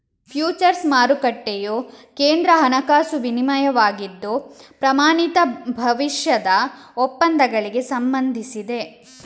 futures ಮಾರುಕಟ್ಟೆಯು ಕೇಂದ್ರ ಹಣಕಾಸು ವಿನಿಮಯವಾಗಿದ್ದು, ಪ್ರಮಾಣಿತ ಭವಿಷ್ಯದ ಒಪ್ಪಂದಗಳಿಗೆ ಸಂಬಂಧಿಸಿದೆ